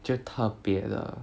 就特别的